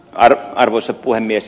arvoisa puhemies